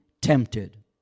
tempted